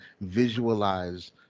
visualize